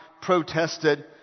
protested